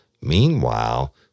meanwhile